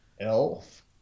elf